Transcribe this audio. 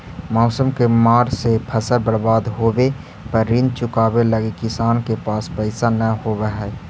मौसम के मार से फसल बर्बाद होवे पर ऋण चुकावे लगी किसान के पास पइसा न होवऽ हइ